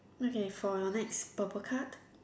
okay for your next purple card